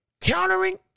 Countering